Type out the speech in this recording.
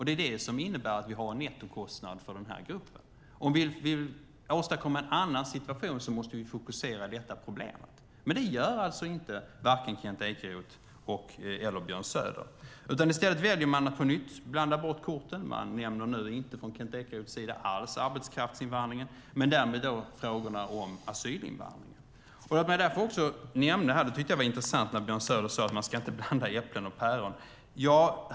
Det är vad som gör att vi har en nettokostnad för denna grupp. Om vi vill åstadkomma en annan situation måste vi fokusera på detta problem. Men det gör varken Kent Ekeroth eller Björn Söder. I stället väljer man att på nytt blanda bort korten. Kent Ekeroth nämner inte alls arbetskraftsinvandringen men däremot frågorna om asylinvandringen. Det var intressant när Björn Söder sade att man inte ska blanda äpplen och päron.